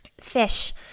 fish